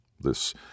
this